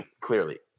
clearly